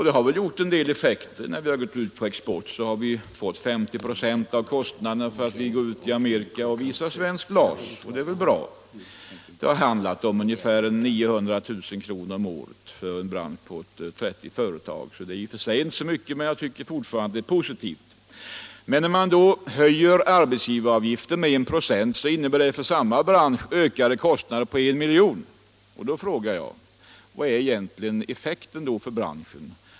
Det har haft en del effekter. När vi gått ut på export har vi fått 50 26 av kostnaderna när vi t.ex. visat svenskt glas i Amerika. Det är bra. Det har handlat om ungefär 900 000 kr. om året för en bransch med ett trettiotal företag. Det är i och för sig inte så mycket, men jag tycker det är positivt. Om man höjer arbetsgivaravgiften med 1 96, innebär det för samma bransch ökade kostnader på 1 milj.kr. Då frågar jag: Vad har detta egentligen för effekt för branschen?